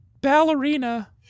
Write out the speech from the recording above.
ballerina